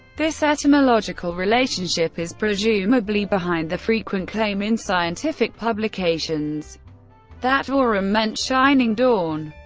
this etymological relationship is presumably behind the frequent claim in scientific publications that aurum meant shining dawn.